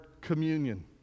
communion